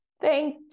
Thank